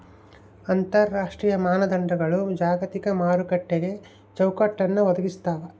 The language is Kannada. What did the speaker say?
ಅಂತರರಾಷ್ಟ್ರೀಯ ಮಾನದಂಡಗಳು ಜಾಗತಿಕ ಮಾರುಕಟ್ಟೆಗೆ ಚೌಕಟ್ಟನ್ನ ಒದಗಿಸ್ತಾವ